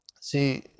See